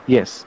Yes